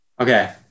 Okay